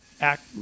act